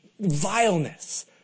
vileness